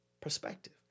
perspective